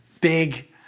big